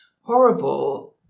horrible